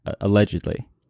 allegedly